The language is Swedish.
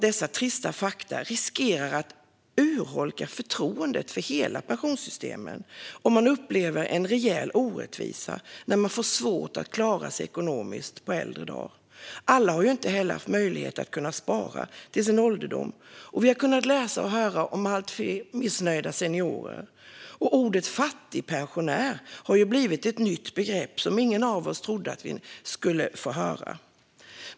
Dessa trista fakta riskerar tyvärr att urholka förtroendet för hela pensionssystemet, och man upplever en rejäl orättvisa när man får svårt att klara sig ekonomiskt på äldre dar. Alla har inte heller haft möjlighet att spara till ålderdomen, och vi har kunnat läsa och höra om allt fler missnöjda seniorer. Ordet "fattigpensionär" var ett begrepp som ingen av oss trodde att vi skulle få höra.